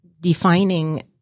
defining